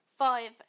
five